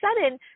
sudden